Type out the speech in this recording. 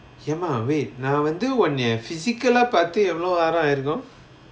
ஏமா:yaemaa wait நா வந்து ஒன்னு:naa vanthu onnu physical lah பாத்து எவளோ வாரமாயிருக்கு:paathu evalo vaaramaayirukku